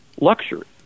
luxury